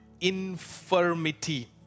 infirmity